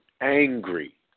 angry